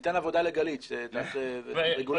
ניתן עבודה לגלית, הרגולטור.